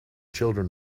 children